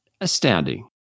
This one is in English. Astounding